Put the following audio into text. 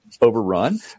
overrun